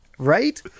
Right